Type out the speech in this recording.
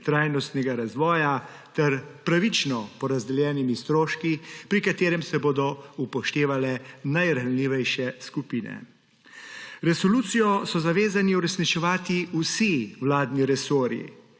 trajnostnega razvoja ter pravično porazdeljenimi stroški, pri katerem se bodo upoštevale najranljivejše skupine. Resolucijo so zavezani uresničevati vsi vladni resorji.